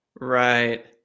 Right